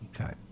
okay